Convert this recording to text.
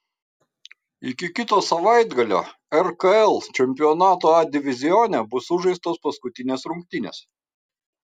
iki kito savaitgalio rkl čempionato a divizione bus sužaistos paskutinės rungtynės